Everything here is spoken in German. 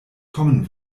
kommen